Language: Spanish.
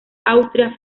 austria